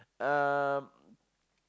um